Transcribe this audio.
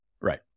Right